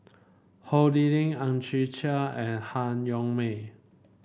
Ho Lee Ling Ang Chwee Chai and Han Yong May